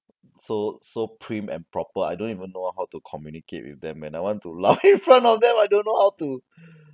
so so prim and proper I don't even know how to communicate with them when I want to laugh in front of them I don't know how to